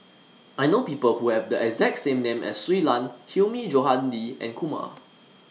I know People Who Have The exact name as Shui Lan Hilmi Johandi and Kumar